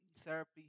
Therapy